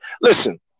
listen